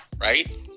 Right